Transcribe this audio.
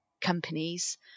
companies